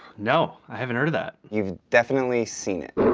no. i haven't heard of that. you've definitely seen it.